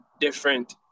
different